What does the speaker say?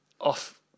off